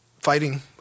fighting